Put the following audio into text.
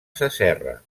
sasserra